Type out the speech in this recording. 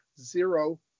zero